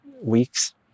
weeks